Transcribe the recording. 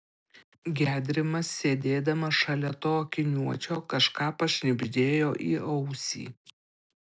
gedrimas sėdėdamas šalia to akiniuočio kažką pašnibždėjo į ausį